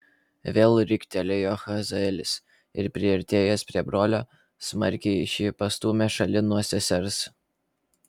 vėl riktelėjo hazaelis ir priartėjęs prie brolio smarkiai šį pastūmė šalin nuo sesers